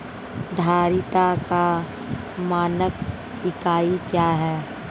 धारिता का मानक इकाई क्या है?